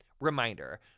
Reminder